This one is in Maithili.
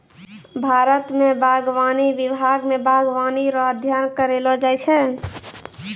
भारत मे बागवानी विभाग मे बागवानी रो अध्ययन करैलो जाय छै